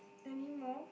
anymore